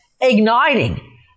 igniting